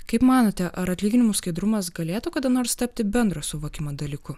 kaip manote ar atlyginimų skaidrumas galėtų kada nors tapti bendro suvokimo dalyku